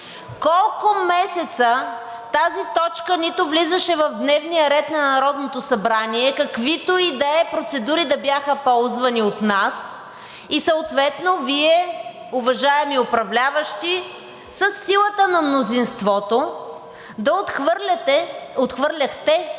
Колко месеца тази точка нито влизаше в дневния ред на Народното събрание, каквито и процедури да бяха ползвани от нас, и съответно Вие, уважаеми управляващи, със силата на мнозинството отхвърляхте